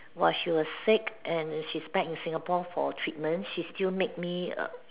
while she was sick and she's back in Singapore for treatment she still make me a